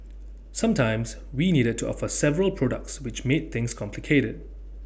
sometimes we needed to offer several products which made things complicated